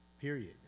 period